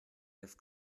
have